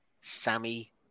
Sammy